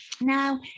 Now